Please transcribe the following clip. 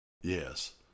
Yes